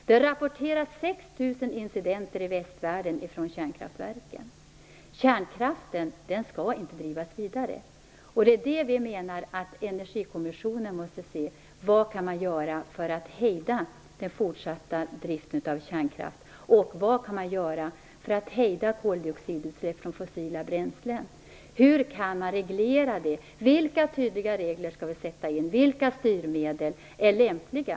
Det har inrapporterats 6 000 incidenter från kärnkraftverken i västvärlden. Kärnkraften skall inte drivas vidare. Vi menar att Energikommissionen måste se över vad som kan göras för att hejda den fortsatta driften av kärnkraft. Vad kan göras för att hejda koldioxidutsläpp från fossila bränslen? Hur går det att reglera detta? Vilka tydliga regler skall ställas upp? Vilka styrmedel är lämpliga?